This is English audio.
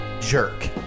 jerk